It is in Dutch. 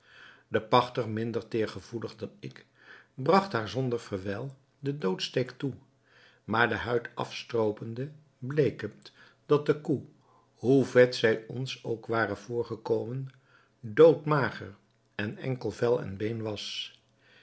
de pachter minder teêrgevoelig dan ik bragt haar zonder verwijl den doodsteek toe maar de huid afstroopende bleek het dat de koe hoe vet zij ons ook ware voorgekomen dood mager en enkel vel en been was